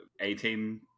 A-team